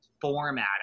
format